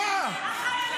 החיילים שומרים עליך.